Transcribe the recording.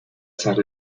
ser